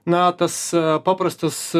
na tas paprastas